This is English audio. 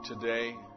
today